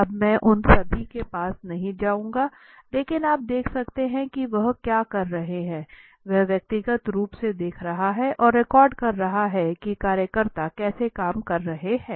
अब मैं उन सभी के पास नहीं जाऊंगा लेकिन आप देख सकते हैं कि वह क्या कर रहा है वह व्यक्तिगत रूप से देख रहा है और रिकॉर्ड कर रहा है कि कार्यकर्ता कैसे काम कर रहे हैं